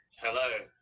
Hello